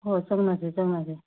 ꯍꯣꯏ ꯆꯠꯃꯤꯟꯅꯁꯤ ꯆꯠꯃꯤꯟꯅꯁꯤ